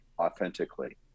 authentically